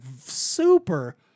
super